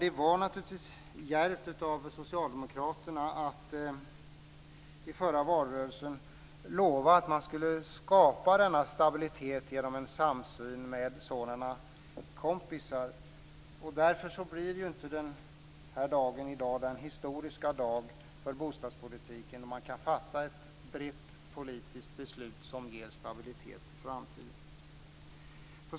Det var naturligtvis djärvt av socialdemokraterna att i förra valrörelsen lova att man skulle skapa denna stabilitet genom en samsyn med sådana kompisar. Därför blir denna dag inte någon för bostadspolitiken historisk dag då man kan fatta ett brett politiskt beslut som ger stabilitet för framtiden.